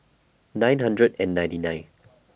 nine hundred and ninety nine